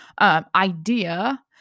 idea